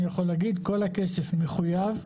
אני יכול להגיד- כל הכסף מחויב,